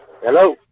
Hello